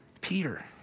Peter